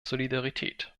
solidarität